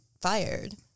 fired